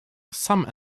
some